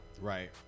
Right